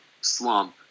slump